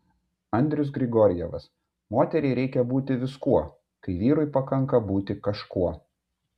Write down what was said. andrius grigorjevas moteriai reikia būti viskuo kai vyrui pakanka būti kažkuo